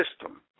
system